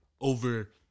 over